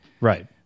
Right